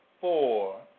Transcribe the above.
four